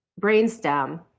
brainstem